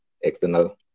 external